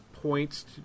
points